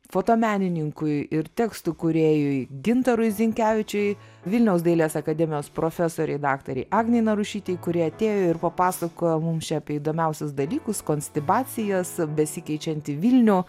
fotomenininkui ir tekstų kūrėjui gintarui zinkevičiui vilniaus dailės akademijos profesorei daktarei agnei narušytei kurie atėjo ir papasakojo mum čia apie įdomiausius dalykus konstibacijas besikeičiantį vilnių